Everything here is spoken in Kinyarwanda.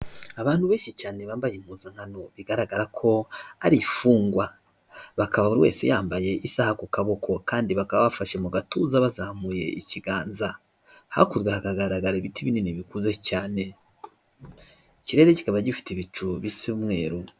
Abantu benshi cyane bambaye impunzankano bigaragara ko ari imfungwa. Bakaba buri wese yambaye isaha ku kaboko, kandi bakaba bafashe mu gatuza bazamuye ikiganza. Hakurya hakagaragara ibiti binini bikuze cyane. Ikirere kikaba gifite ibicu bisa umweru.